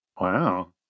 Wow